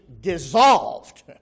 dissolved